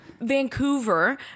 Vancouver